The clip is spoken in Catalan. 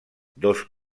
dos